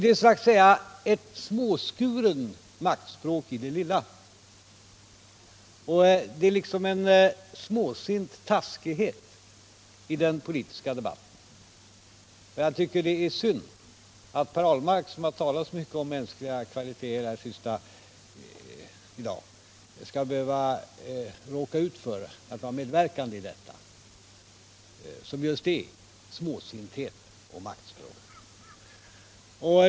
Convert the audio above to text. Det är ett slags småskuret maktspråk ni ägnar er åt, en småsint taskighet i den politiska debatten. Jag tycker det är synd att Per Ahlmark, som har talat så mycket om mänskliga kvaliteter i dag, skall behöva råka ut för att medverka i denna småsinthet och detta maktspråk.